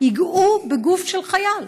ייגעו בגוף של חייל?